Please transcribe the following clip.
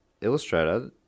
illustrator